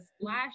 last